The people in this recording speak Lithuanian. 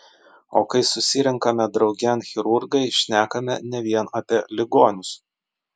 o kai susirenkame draugėn chirurgai šnekame ne vien apie ligonius